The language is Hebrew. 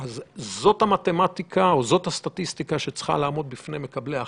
זאת המתמטיקה או הסטטיסטיקה שצריכה לעמוד בפני מקבלי ההחלטות.